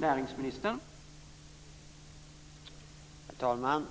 Herr talman!